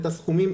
את הסכומים,